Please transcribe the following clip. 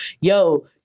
yo